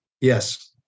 Yes